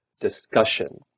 discussion